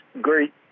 great